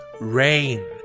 rain